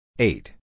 Eight